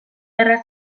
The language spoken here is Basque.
erraz